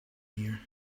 here